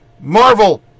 Marvel